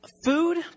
Food